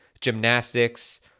Gymnastics